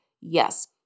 Yes